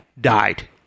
died